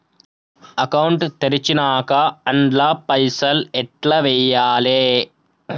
Account తెరిచినాక అండ్ల పైసల్ ఎట్ల వేయాలే?